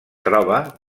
troba